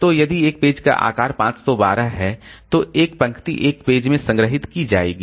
तो यदि एक पेज का आकार 512 है तो एक पंक्ति एक पेज में संग्रहीत की जाएगी